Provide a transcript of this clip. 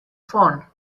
phone